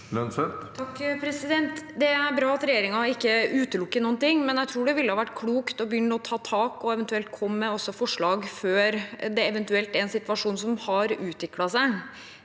Det er bra at re- gjeringen ikke utelukker noen ting, men jeg tror det ville ha vært klokt å begynne å ta tak og eventuelt komme med forslag før det eventuelt er en situasjon som har utviklet seg.